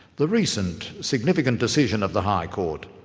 the recent significant decision of the high court,